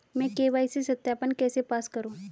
मैं के.वाई.सी सत्यापन कैसे पास करूँ?